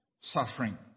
suffering